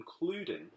including